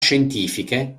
scientifiche